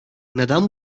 neden